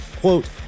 quote